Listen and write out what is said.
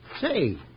Say